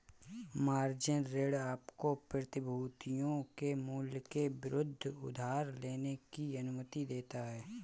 margin ऋण आपको प्रतिभूतियों के मूल्य के विरुद्ध उधार लेने की अनुमति देता है